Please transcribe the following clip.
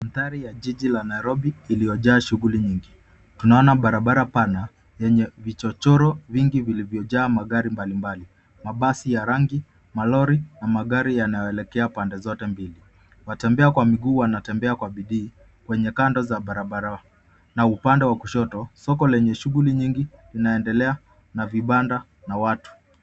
Magari ya jiji la Nairobi iliyojaa shuguli nyingi, tunaona barabara pana yenye vichochro vingi vilivyojaa magari mbalimbali, mabasi ya rangi, malori na magari yanayoelekea pande zote mbili, watembea kwa miguu wanatembea kwa bidii kwenye kando za barabara na upande wa kushoto, soko lenye shuguli nyingi inaendelea na vibanda na watu.